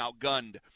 outgunned